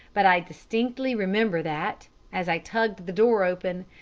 but i distinctly remember that, as i tugged the door open,